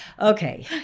Okay